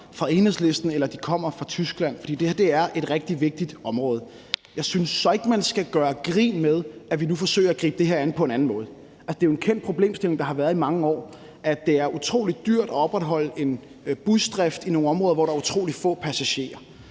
kommer fra Enhedslisten eller fra Tyskland, for det her er et rigtig vigtigt område. Jeg synes så ikke, man skal gøre grin med, at vi nu forsøger at gribe det her an på en anden måde. Det er jo en problemstilling, der har været kendt i mange år, nemlig at det er utrolig dyrt at opretholde en busdrift i nogle områder, hvor der er utrolig få passagerer.